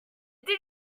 did